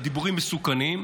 והדיבורים מסוכנים.